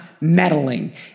meddling